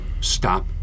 stop